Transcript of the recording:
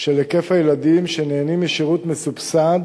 של היקף הילדים שנהנים משירות מסובסד